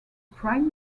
prime